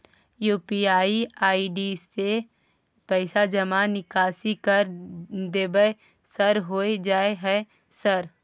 UPI ID से पैसा जमा निकासी कर देबै सर होय जाय है सर?